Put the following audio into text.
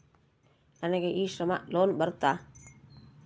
ನನಗೆ e Shram loan ಬರುತ್ತಾ?